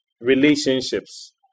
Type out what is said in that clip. relationships